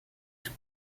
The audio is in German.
dem